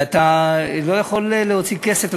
ואתה לא יכול להוציא כסף,